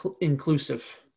inclusive